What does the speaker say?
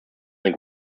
eine